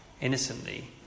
innocently